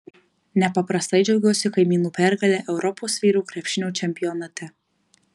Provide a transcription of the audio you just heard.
nepaprastai džiaugiuosi kaimynų pergale europos vyrų krepšinio čempionate